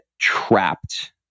trapped